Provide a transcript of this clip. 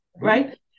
right